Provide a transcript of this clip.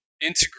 integrate